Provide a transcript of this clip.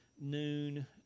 noon